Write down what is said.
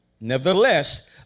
Nevertheless